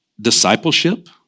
discipleship